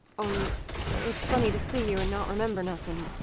only it's funny to see you and not remember nothing.